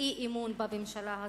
אי-אמון בממשלה הזאת.